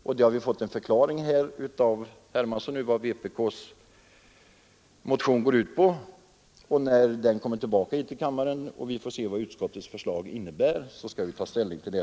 Nu har vi fått en förklaring av herr Hermansson om vad vpk:s motion går ut på. När den motionen kommer tillbaka till kammaren och vi får veta vad utskottets förslag innebär skall vi ta ställning till den.